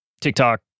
TikTok